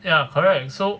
ya correct and so